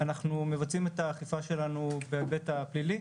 אנחנו מבצעים את האכיפה שלנו בהיבט הפלילי,